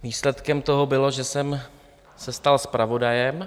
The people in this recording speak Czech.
Výsledkem toho bylo, že jsem se stal zpravodajem.